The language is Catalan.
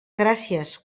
gràcies